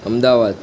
Ahmedabad